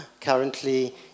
currently